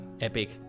epic